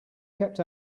kept